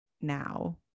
now